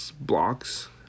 blocks